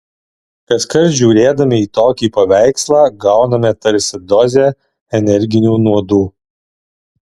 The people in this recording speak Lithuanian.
kaskart žiūrėdami į tokį paveikslą gauname tarsi dozę energinių nuodų